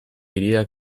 hiriak